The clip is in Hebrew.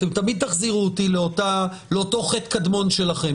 למשל באוכלוסייה